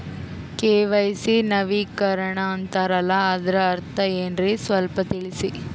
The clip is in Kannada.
ಕೆ.ವೈ.ಸಿ ನವೀಕರಣ ಅಂತಾರಲ್ಲ ಅದರ ಅರ್ಥ ಏನ್ರಿ ಸ್ವಲ್ಪ ತಿಳಸಿ?